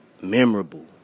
Memorable